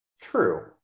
true